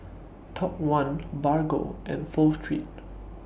Top one Bargo and Pho Street